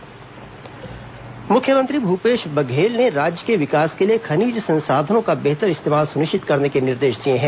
मुख्यमंत्री खनिज निर्देश मुख्यमंत्री भूपेश बघेल ने राज्य के विकास के लिए खनिज संसाधनों का बेहतर इस्तेमाल सुनिश्चित करने के निर्देश दिए हैं